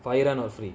farhira not free